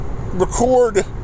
record